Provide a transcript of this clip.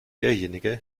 derjenige